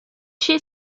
she